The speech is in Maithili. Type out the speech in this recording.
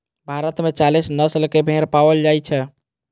भारत मे चालीस नस्ल के भेड़ पाओल जाइ छै